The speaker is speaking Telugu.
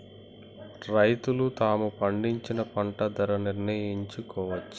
రైతులు తాము పండించిన పంట ధర నిర్ణయించుకోవచ్చా?